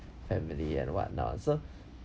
family and what not so